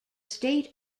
state